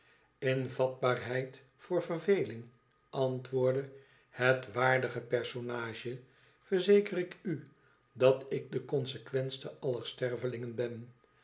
in vatbaarheid voor verveling antwoordde het waardige personage f verzeker ik u dat ik de consequentste aller stervelingen ben